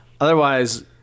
Otherwise